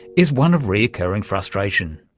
is one of recurring frustration.